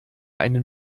einen